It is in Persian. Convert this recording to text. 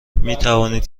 میتوانید